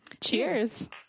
Cheers